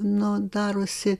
no darosi